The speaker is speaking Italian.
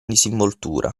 disinvoltura